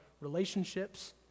relationships